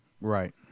Right